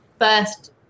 first